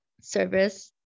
service